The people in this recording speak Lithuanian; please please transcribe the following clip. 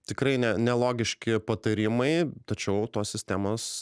tikrai ne nelogiški patarimai tačiau tos sistemos